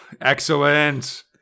excellent